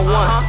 one